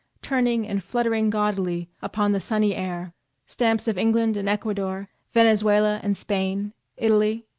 turning and fluttering gaudily upon the sunny air stamps of england and ecuador, venezuela and spain italy.